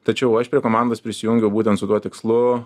tačiau aš prie komandos prisijungiau būtent su tuo tikslu